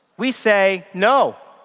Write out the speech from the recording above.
we say no.